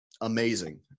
amazing